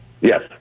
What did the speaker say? Yes